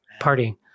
partying